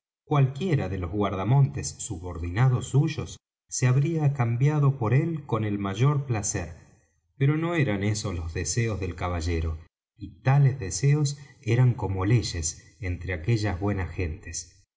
cualquiera de los guarda montes subordinados suyos se habría cambiado por él con el mayor placer pero no eran esos los deseos del caballero y tales deseos eran como leyes entre aquellas buenas gentes